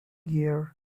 year